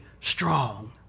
strong